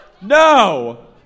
No